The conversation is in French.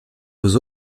aux